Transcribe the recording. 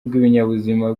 rw’ibinyabuzima